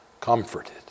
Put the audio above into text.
comforted